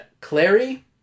Clary